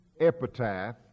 epitaph